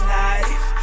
life